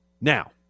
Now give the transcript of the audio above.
Now